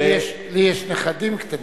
לי יש נכדים קטנים.